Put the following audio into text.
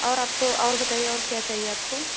और आपको और बताइए और क्या चाहिए आपको